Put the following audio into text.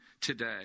today